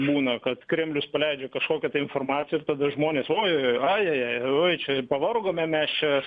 būna kad kremlius paleidžia kažkokią tai informaciją ir tada žmonės ojojoj ajajaj oi čia pavargome mes čia